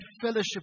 fellowship